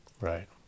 Right